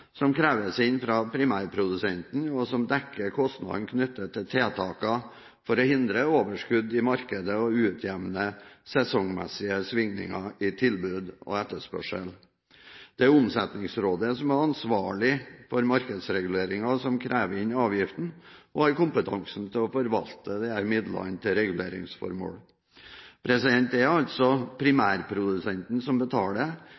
som kreves inn fra primærprodusenten, og som dekker kostnadene knyttet til tiltakene, for å hindre overskudd i markedet og utjevne sesongmessige svingninger i tilbud og etterspørsel. Det er Omsetningsrådet som er ansvarlig for markedsreguleringen, som krever inn avgiften og har kompetansen til å forvalte disse midlene til reguleringsformål. Det er primærprodusenten som betaler.